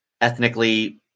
ethnically